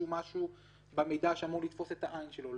משהו במידע שאמור לתפוס את העין שלו.